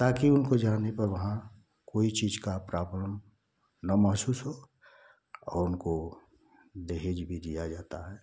ताकि उनको जाने पर वहाँ कोई चीज़ का प्रॉब्लम न महसूस हो और उनको दहेज भी दिया जाता है